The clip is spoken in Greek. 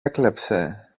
έκλεψε